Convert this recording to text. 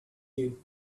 you